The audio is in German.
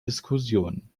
diskussion